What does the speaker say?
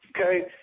okay